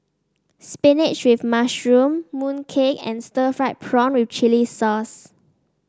spinach with mushroom mooncake and Stir Fried Prawn with Chili Sauce